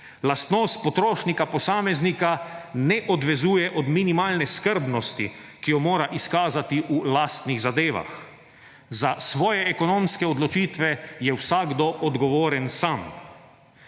Lastnost potrošnika, posameznika ne odvezuje od minimalne skrbnosti, ki jo mora izkazati v lastnih zadevah. Za svoje ekonomske odločitve je vsakdo odgovoren sam.